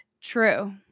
true